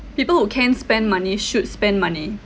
people who can spend money should spend money